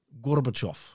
Gorbachev